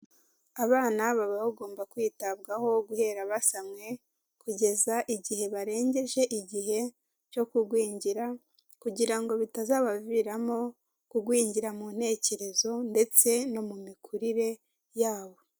Abana baba bagomba kwitabwaho guhera basamwe kugeza igihe barengeje igihe cyo kugwingira, kugira ngo bitazabaviramo kugwingira mu ntekerezo ndetse no mu mikurire yabo.